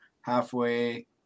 halfway